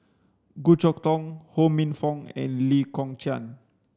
Goh Chok Tong Ho Minfong and Lee Kong Chian